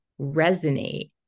resonate